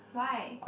why